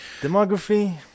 Demography